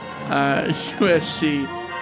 USC